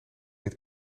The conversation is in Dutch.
het